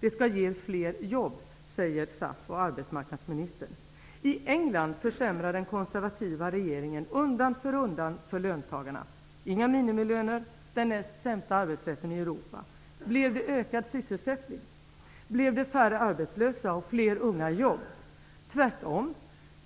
Det skall ge fler jobb, säger I England försämrar den konservativa regeringen undan för undan för löntagarna: inga minimilöner, den näst sämsta arbetsrätten i Europa. Blev det ökad sysselsättning, färre arbetslösa och fler unga i jobb? Tvärtom,